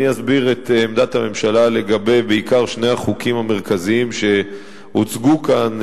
אני אסביר את עמדת הממשלה בעיקר לגבי שני החוקים המרכזיים שהוצגו כאן: